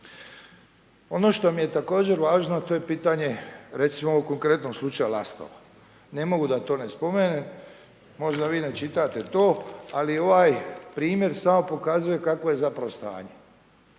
Ono što mi je također važno, a to je pitanje recimo evo konkretnog slučaja Lastova. Ne mogu da to ne spomenem. Možda vi ne čitate to ali ovaj primjer samo pokazuje kako je zapravo stanje.